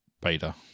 Beta